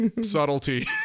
subtlety